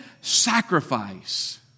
sacrifice